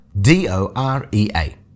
D-O-R-E-A